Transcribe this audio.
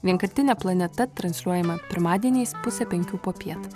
vienkartinė planeta transliuojama pirmadieniais pusė penkių popiet